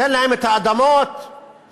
תן להם את האדמות שלהם,